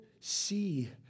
see